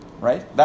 right